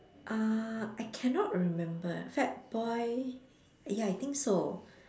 uh I cannot remember Fatboy ya I think so